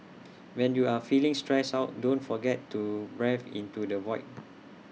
when you are feeling stressed out don't forget to breathe into the void